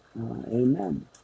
Amen